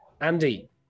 Andy